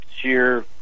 sheer